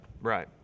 right